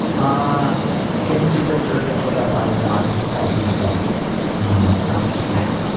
ah shame and secrets survey filled out by a guy who calls himself sonic cat.